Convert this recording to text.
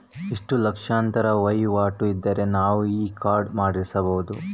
ಎಷ್ಟು ಲಕ್ಷಾಂತರ ವಹಿವಾಟು ಇದ್ದರೆ ನಾವು ಈ ಕಾರ್ಡ್ ಮಾಡಿಸಬಹುದು?